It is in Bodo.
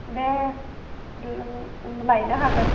दे लायनो हागोन